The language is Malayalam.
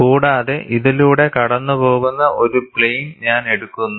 കൂടാതെ ഇതിലൂടെ കടന്നുപോകുന്ന ഒരു പ്ലെയിൻ ഞാൻ എടുക്കുന്നു